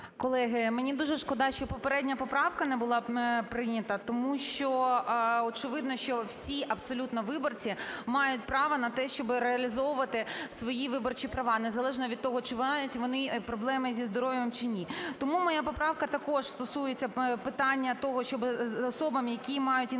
Колеги, мені дуже шкода, що попередня поправка не була прийнята, тому що очевидно, що всі абсолютно виборці мають право на те, щоб реалізовувати свої виборчі права незалежно від того, чи мають вони проблеми зі здоров'ям, чи ні. Тому моя поправка також стосується питання того, щоб особам, які мають інвалідність